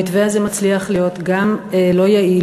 המתווה מצליח להיות גם לא יעיל,